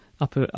up